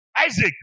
Isaac